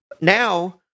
Now